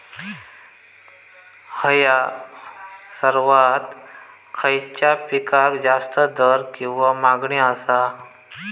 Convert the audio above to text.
हया वर्सात खइच्या पिकाक जास्त दर किंवा मागणी आसा?